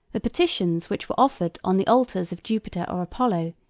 the petitions which were offered on the altars of jupiter or apollo,